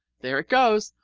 there it goes!